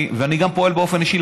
ואני גם פועל באופן אישי,